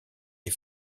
des